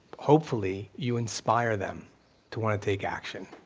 hopefully, you inspire them to want to take action.